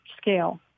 scale